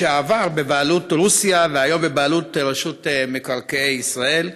לשעבר בבעלות רוסיה והיום בבעלות רשות מקרקעי ישראל.